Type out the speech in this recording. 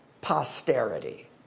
posterity